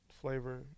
flavor